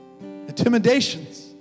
intimidations